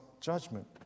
judgment